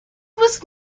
was